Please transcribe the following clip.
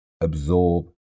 absorb